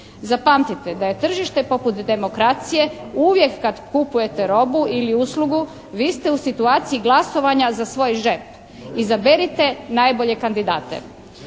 Zapamtite da je tržište poput demokracije uvijek kad kupujete robu ili uslugu vi ste u situaciji glasovanja za svoj džep. Izaberite najbolje kandidate,